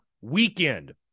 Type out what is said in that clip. weekend